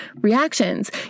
reactions